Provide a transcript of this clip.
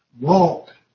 Walk